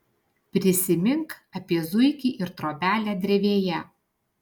prisimink apie zuikį ir trobelę drevėje